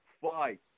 fight